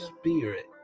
Spirit